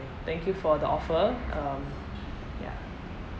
thank you for the offer um ya